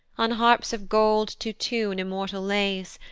on harps of gold to tune immortal lays,